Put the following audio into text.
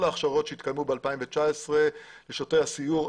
ההכשרות שהתקיימו ב-2019 לשוטרי הסיור,